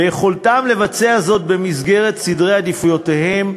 ביכולתם לבצע זאת במסגרת סדרי עדיפויותיהם,